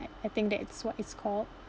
I I think that is what it's called